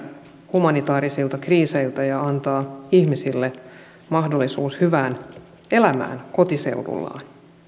humanitaarisilta kriiseiltä ja antaa ihmisille mahdollisuuden hyvään elämään kotiseudullaan